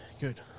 good